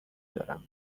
دارم